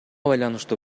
байланыштуу